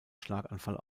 schlaganfall